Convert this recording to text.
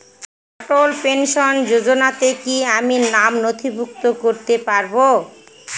অটল pension যোজনাতে কি আমি নাম নথিভুক্ত করতে পারবো?